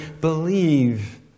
believe